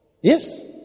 Yes